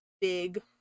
big